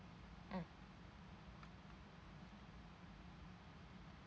mm